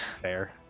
Fair